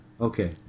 okay